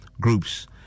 groups